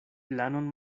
planon